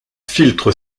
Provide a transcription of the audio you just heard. filtre